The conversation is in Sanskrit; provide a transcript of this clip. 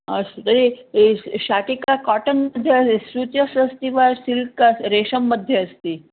अस्तु तर्हि शाटिका काटन्मध्ये सूत्रस्य अस्ति वा सिल्क् रेषम्मध्ये अस्ति